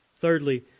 Thirdly